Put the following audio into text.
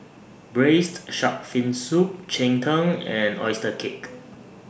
Braised Shark Fin Soup Cheng Tng and Oyster Cake